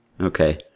Okay